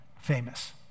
famous